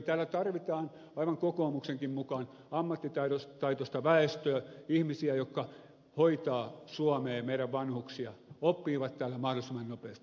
täällä tarvitaan aivan kokoomuksenkin mukaan ammattitaitoista väestöä ihmisiä jotka hoitavat suomea meidän vanhuksiamme oppivat täällä mahdollisimman nopeasti